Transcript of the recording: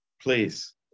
please